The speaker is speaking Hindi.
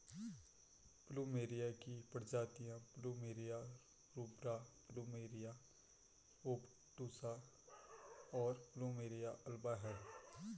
प्लूमेरिया की प्रजातियाँ प्लुमेरिया रूब्रा, प्लुमेरिया ओबटुसा, और प्लुमेरिया अल्बा हैं